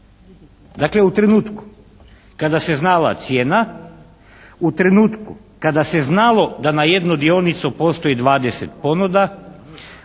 Dakle, u trenutku kada se znala cijena, u trenutku kada se znalo da na jednu dionicu postoji 20 ponuda,